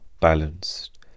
balanced